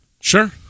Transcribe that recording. Sure